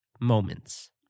moments